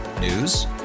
News